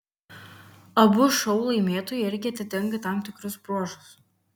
abu šou laimėtojai irgi atitinka tam tikrus bruožus